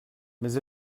mais